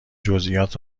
جزییات